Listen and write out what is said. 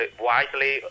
widely